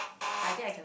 I think I cannot